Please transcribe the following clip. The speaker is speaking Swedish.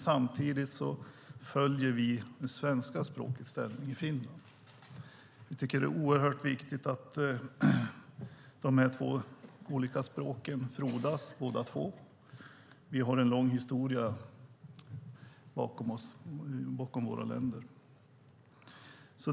Samtidigt följer vi det svenska språkets ställning i Finland. Jag tycker att det är oerhört viktigt att de här olika språken frodas båda två. Vi har en lång gemensam historia bakom oss i våra länder.